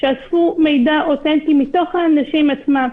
שאספו מידע אותנטי מתוך האנשים עצמם,